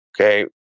Okay